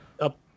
up